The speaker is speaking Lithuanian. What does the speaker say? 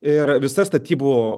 ir visa statybų